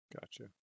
Gotcha